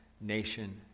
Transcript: nation